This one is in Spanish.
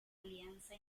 alianza